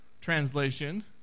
translation